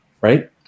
right